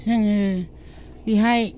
जोङो बेवहाय